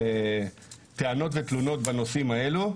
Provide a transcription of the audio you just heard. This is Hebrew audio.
טענות ותלונות בנושאים האלה,